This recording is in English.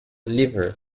liver